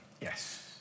Yes